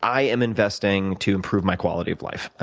i am investing to improve my quality of life,